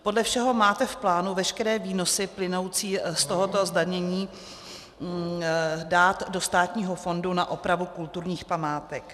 Podle všeho máte v plánu veškeré výnosy plynoucí z tohoto zdanění dát do státního fondu na opravu kulturních památek.